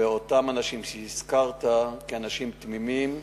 באותם אנשים שהזכרת כאנשים תמימים,